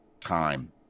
time